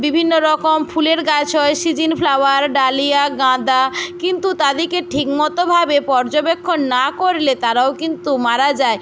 বিভিন্ন রকম ফুলের গাছ হয় সিজন ফ্লাওয়ার ডালিয়া গাঁদা কিন্তু তাদেরকে ঠিক মতোভাবে পর্যবেক্ষণ না করলে তারাও কিন্তু মারা যায়